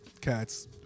cats